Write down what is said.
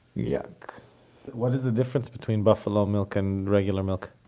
yuck what is the difference between buffalo milk and regular milk?